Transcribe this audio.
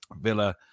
Villa